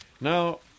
Now